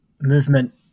movement